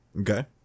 Okay